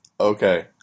Okay